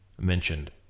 mentioned